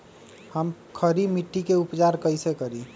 हम खड़ी मिट्टी के उपचार कईसे करी?